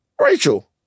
Rachel